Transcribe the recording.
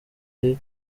wari